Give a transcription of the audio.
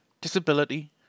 disability